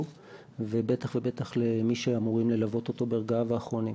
ובטח ובטח למי שאמורים ללוות אותו ברגעיו האחרונים.